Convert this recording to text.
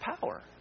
power